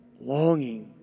longing